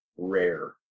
rare